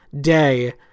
Day